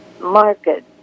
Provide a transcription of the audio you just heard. market